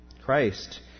Christ